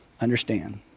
understand